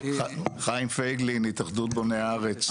חיים פייגלין, התאחדות בוני הארץ.